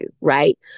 Right